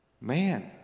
man